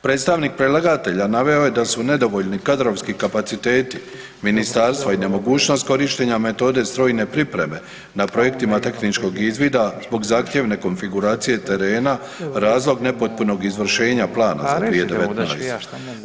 Predstavnik predlagatelja naveo je da su nedovoljni kadrovski kapaciteti ministarstva i nemogućnost korištenja metode strojne pripreme na projektima tehničkog izvida zbog zahtjevne konfiguracije terena razlog nepotpunog izvršenja plana za 2019.-tu.